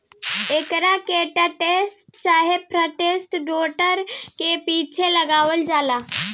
एकरा के टेक्टर चाहे फ्रंट लोडर के पीछे लगावल जाला